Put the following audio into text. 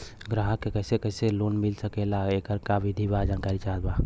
ग्राहक के कैसे कैसे लोन मिल सकेला येकर का विधि बा जानकारी चाहत बा?